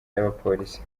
y’abapolisi